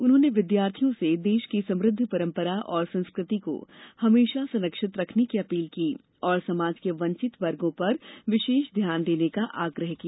उन्होंने विद्यार्थियों से देश की समृद्ध परम्परा और संस्कृ ति को हमेशा संरक्षित रखने की अपील की और समाज के वंचित वर्गो पर विशेष ध्यान देने का आग्रह किया